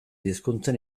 hizkuntzen